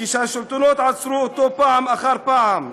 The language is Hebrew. כשהשלטונות עצרו אותו פעם אחר פעם,